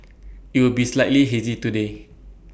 IT will be slightly hazy today